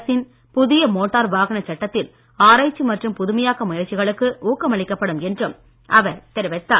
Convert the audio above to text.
அரசின் புதிய மோட்டார் வாகன சட்டத்தில் ஆராய்ச்சி மற்றும் புதுமையாக்க முயற்சிகளுக்கு ஊக்கமளிக்கப்படும் என்றும் அவர் தெரிவித்தார்